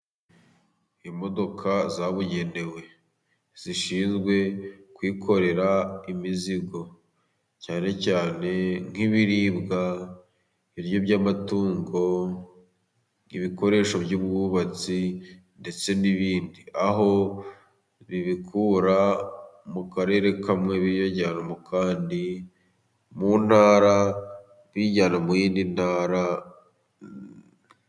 Imodoka zabugenewe zishinzwe kwikorera imizigo, cyane cyane nk'ibiribwa, ibiryo by'amatungo, ibikoresho by'ubwubatsi ndetse n'ibindi, aho babikura mu karere kamwe babijyana mu kandi, mu ntara bijya mu yindi ntara.